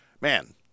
man